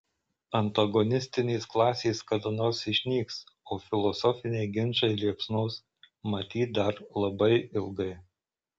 antagonistinės klasės kada nors išnyks o filosofiniai ginčai liepsnos matyt dar labai ilgai